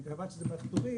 מכיוון שזו מערכת תלותית,